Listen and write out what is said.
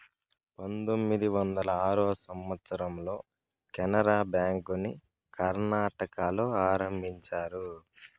పంతొమ్మిది వందల ఆరో సంవచ్చరంలో కెనరా బ్యాంకుని కర్ణాటకలో ఆరంభించారు